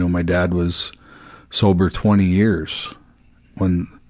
my dad was sober twenty years when,